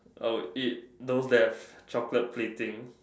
I would eat those that have chocolate plating